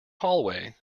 hallway